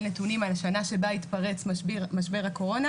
נתונים על השנה שבה התפרץ משבר הקורונה.